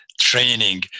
training